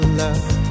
love